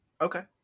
okay